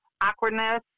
awkwardness